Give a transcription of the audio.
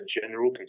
general